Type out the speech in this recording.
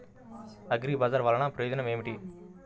అగ్రిబజార్ వల్లన ప్రయోజనం ఏమిటీ?